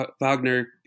Wagner